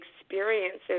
experiences